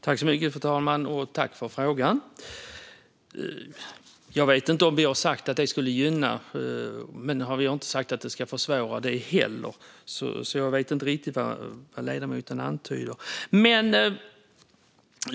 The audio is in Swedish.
Fru talman! Jag tackar för frågan. Jag vet inte om vi har sagt att det skulle gynna. Vi har inte sagt att det skulle försvåra heller, så jag vet inte riktigt vad ledamoten antyder.